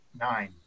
nine